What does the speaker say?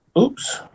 Oops